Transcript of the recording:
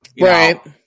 Right